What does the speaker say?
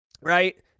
right